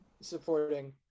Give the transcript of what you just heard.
supporting